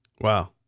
Wow